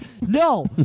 No